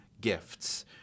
gifts